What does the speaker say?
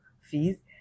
fees